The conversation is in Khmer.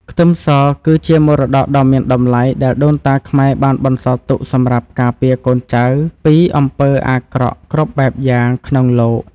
ខ្ទឹមសគឺជាមរតកដ៏មានតម្លៃដែលដូនតាខ្មែរបានបន្សល់ទុកសម្រាប់ការពារកូនចៅពីអំពើអាក្រក់គ្រប់បែបយ៉ាងក្នុងលោក។